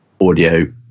audio